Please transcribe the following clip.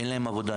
אין להם עבודה.